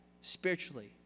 spiritually